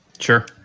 Sure